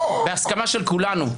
בהסכמה של כולנו,